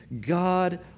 God